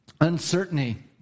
uncertainty